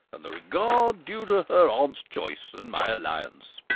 and the regard due to her aunt's choice, and my alliance